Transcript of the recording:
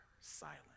silent